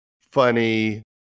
funny